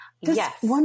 Yes